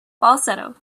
falsetto